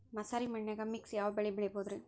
ಮಸಾರಿ ಮಣ್ಣನ್ಯಾಗ ಮಿಕ್ಸ್ ಯಾವ ಬೆಳಿ ಬೆಳಿಬೊದ್ರೇ?